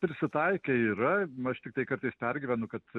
prisitaikę yra aš tiktai kartais pergyvenu kad